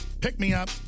pick-me-up